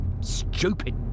Stupid